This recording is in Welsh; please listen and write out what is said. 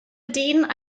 dyn